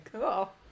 Cool